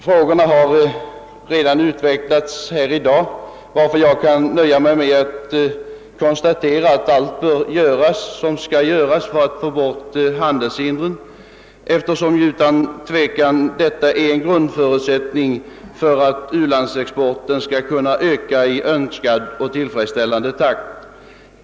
Detta har redan berörts här i dag, varför jag kan nöja mig med att konstatera att allt som kan göras för att få bort handelshindren skall göras, eftersom det är en grundförutsättning för att u-landsexporten skall kunna öka i önskad och tillfredsställande takt.